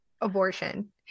abortion